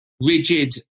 rigid